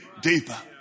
deeper